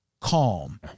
calm